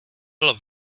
bylo